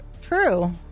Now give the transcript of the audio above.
true